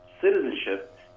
citizenship